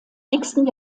nächsten